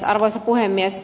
arvoisa puhemies